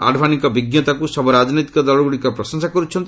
ଆଡ଼୍ୱାନିଙ୍କ ବିଜ୍ଞତାକୁ ସବୁ ରାଜନୈତିକ ଦଳଗୁଡ଼ିକ ପ୍ରଶଂସା କରୁଛନ୍ତି